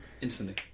instantly